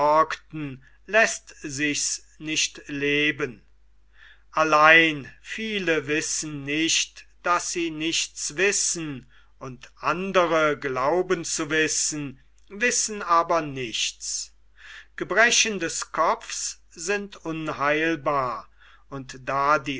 läßt sich's nicht leben allein viele wissen nicht daß sie nichts wissen und andre glauben zu wissen wissen aber nichts gebrechen des kopfs sind unheilbar und da die